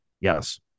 Yes